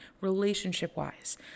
relationship-wise